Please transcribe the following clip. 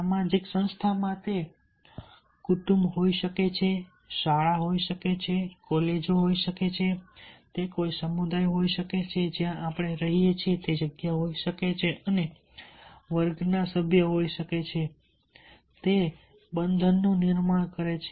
સામાજિક સંસ્થા મા તે કુટુંબ હોઈ શકે શાળા હોઈ શકે કૉલેજ હોઈ શકે તે સમુદાય હોઈ શકે જ્યાં આપણે રહીએ છીએ અને વર્ગના સભ્યો હોઈ શકે છે અને તે બંધનનું નિર્માણ કરે છે